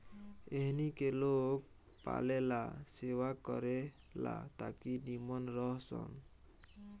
एहनी के लोग पालेला सेवा करे ला ताकि नीमन रह सन